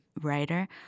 Writer